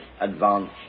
advance